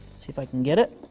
see if i can get it,